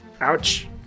Ouch